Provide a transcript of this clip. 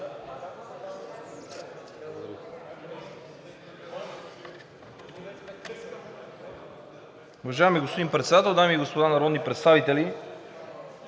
Благодаря